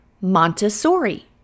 Montessori